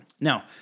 Now